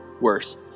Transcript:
worse